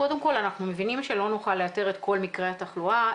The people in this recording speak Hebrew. קודם כל אנחנו מבינים שלא נוכל לאתר את כל מקרי התחלואה,